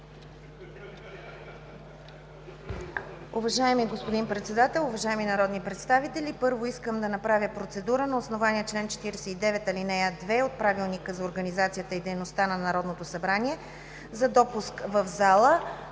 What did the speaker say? Уважаеми господин Председател, уважаеми народни представители! Първо искам да направя процедура на основание чл. 49, ал. 2 от Правилника за организацията и дейността на Народното събрание за допуск в залата